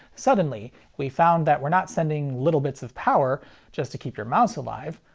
suddenly we found that we're not sending little bits of power just to keep your mouse alive.